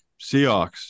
Seahawks